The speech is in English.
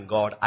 God